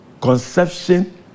conception